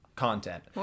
Content